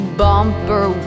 bumper